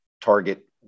target